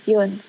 Yun